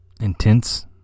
intense